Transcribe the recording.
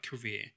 career